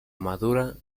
madura